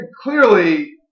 Clearly